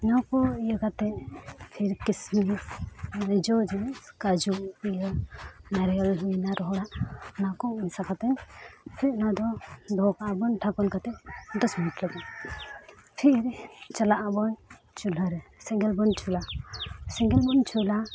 ᱱᱚᱣᱟ ᱠᱚ ᱤᱭᱟᱹ ᱠᱟᱛᱮᱫ ᱯᱷᱤᱨ ᱠᱤᱥᱢᱤᱥ ᱢᱟᱱᱮ ᱡᱚ ᱡᱤᱱᱤᱥ ᱠᱟᱡᱩ ᱤᱭᱟᱹ ᱱᱟᱨᱭᱮᱞ ᱦᱩᱭᱮᱱᱟ ᱨᱚᱦᱚᱲᱟᱜ ᱚᱱᱟ ᱠᱚ ᱢᱮᱥᱟ ᱠᱟᱛᱮᱫ ᱥᱮ ᱚᱱᱟ ᱫᱚᱦᱚᱠᱟᱜ ᱟᱵᱚᱱ ᱰᱷᱟᱠᱚᱱ ᱠᱟᱛᱮᱫ ᱫᱚᱥ ᱞᱟᱹᱜᱤᱫ ᱯᱷᱤᱨ ᱪᱟᱞᱟᱜ ᱟᱵᱚᱱ ᱪᱩᱞᱦᱟᱹ ᱨᱮ ᱥᱮᱸᱜᱮᱞ ᱵᱚᱱ ᱡᱩᱞᱟ ᱥᱮᱸᱜᱮᱞ ᱵᱚᱱ ᱡᱩᱞᱟ